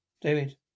David